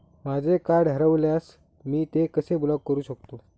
माझे कार्ड हरवल्यास मी ते कसे ब्लॉक करु शकतो?